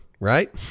right